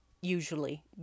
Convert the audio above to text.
usually